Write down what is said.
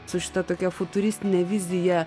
su šita tokia futuristine vizija